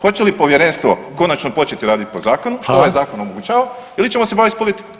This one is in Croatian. Hoće li povjerenstvo konačno početi raditi po zakonu, što im ovaj zakon omogućava, ili ćemo se baviti politikom.